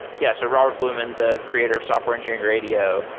yeah. so robert blumen, the creator of software engineering radio.